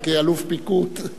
אבל כאלוף פיקוד,